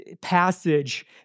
passage